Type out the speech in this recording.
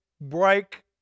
break